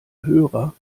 hörer